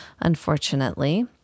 unfortunately